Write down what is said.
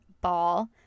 ball